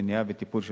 מניעה וטיפול בתופעה.